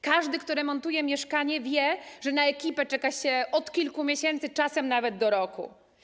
Każdy, kto remontuje mieszkanie, wie, że na ekipę czeka się kilka miesięcy, czasem nawet do roku.